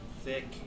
thick